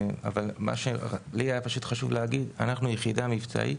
אבל מה שלי היה פשוט חשוב להגיד זה שאנחנו יחידה מבצעית